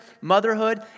motherhood